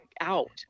out